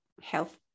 health